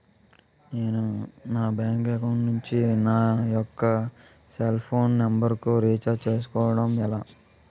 నేను నా bank account నుంచి నా యెక్క సెల్ ఫోన్ నంబర్ కు రీఛార్జ్ చేసుకోవడం ఎలా?